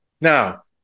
Now